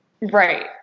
Right